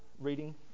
reading